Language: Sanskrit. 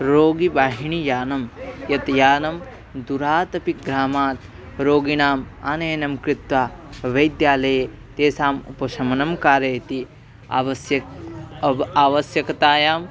रोगीवाहिनी यानं यत् यानं दूरात् अपि ग्रामात् रोगिणाम् आनयनं कृत्वा वैद्यालये तेषाम् उपशमनं कारयति आवश्यकम् अव् आवश्यकतायाम्